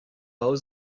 daou